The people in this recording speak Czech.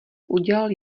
udělal